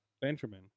Benjamin